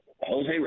Jose